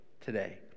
today